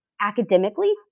academically